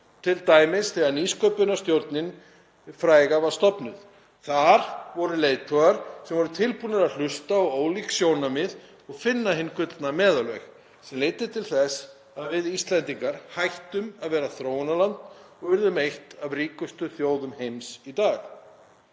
t.d. þegar nýsköpunarstjórnin fræga var stofnuð. Þar voru leiðtogar sem voru tilbúnir að hlusta á ólík sjónarmið og finna hinn gullna meðalveg sem leiddi til þess að við Íslendingar hættum að vera þróunarland og urðum ein af ríkustu þjóðum heims í dag.